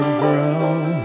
ground